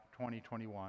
2021